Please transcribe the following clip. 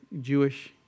Jewish